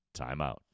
timeout